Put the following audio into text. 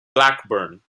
blackburn